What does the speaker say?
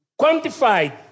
quantified